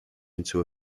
into